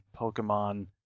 Pokemon